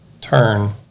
turn